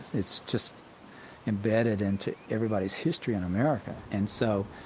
it's just embedded into everybody's history in america. and so,